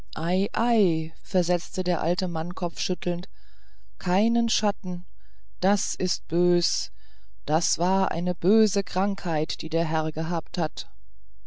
ei versetzte der alte mann kopfschüttelnd keinen schatten das ist bös das war eine böse krankheit die der herr gehabt hat